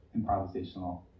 improvisational